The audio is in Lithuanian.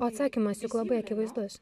atsakymas juk labai akivaizdus